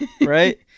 right